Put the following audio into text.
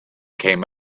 came